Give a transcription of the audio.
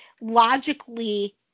logically